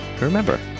Remember